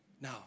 Now